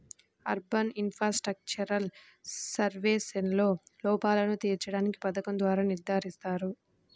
urban infrastructural సర్వీసెస్లో లోపాలను తీర్చడానికి పథకం ద్వారా నిర్ధారిస్తారు